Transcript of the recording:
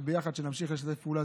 וביחד שנמשיך בשיתוף פעולה.